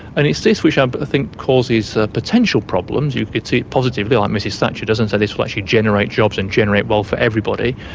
and it's this which i but think causes potential problems. you could see it positively like mrs thatcher does and say this will actually generate jobs and generate wealth for everybody,